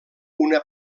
una